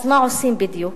אז מה עושים בדיוק?